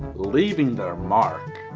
leaving their mark.